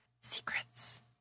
secrets